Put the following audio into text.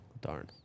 Darn